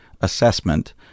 assessment